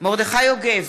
מרדכי יוגב,